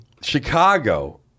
Chicago